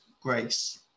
grace